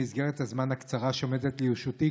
במסגרת הזמן הקצרה שעומדת לרשותי,